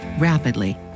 rapidly